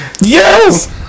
Yes